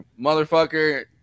motherfucker